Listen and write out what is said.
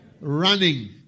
Running